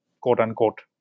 quote-unquote